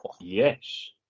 Yes